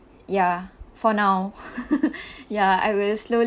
ya for now ya I will slowly